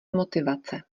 motivace